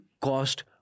cost